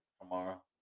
tomorrow